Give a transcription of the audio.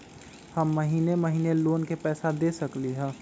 हम महिने महिने लोन के पैसा दे सकली ह?